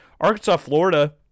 Arkansas-Florida